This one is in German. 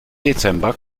dezember